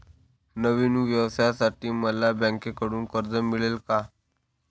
नवीन व्यवसायासाठी मला बँकेकडून कर्ज मिळेल का?